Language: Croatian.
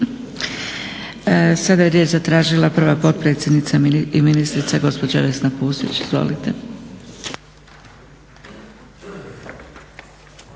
Sada je riječ zatražila prva potpredsjednica i ministrica gospođa Vesna Pusić, izvolite.